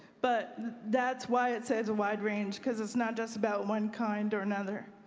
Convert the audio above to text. but that's why it says wide range, because it's not just about one kind or another.